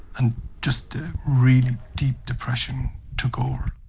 and just a really deep depression took over.